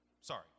sorry